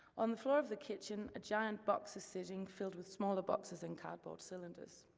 on the floor of the kitchen, a giant box is sitting filled with smaller boxes and cardboard cylinders.